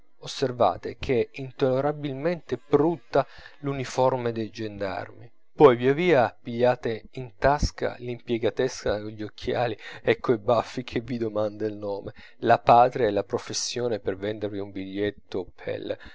osservate che è intollerabilmente brutta l'uniforme dei gendarmi poi via via pigliate in tasca l'impiegatessa cogli occhiali e coi baffi che vi domanda il nome la patria e la professione per vendervi un biglietto pel